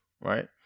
right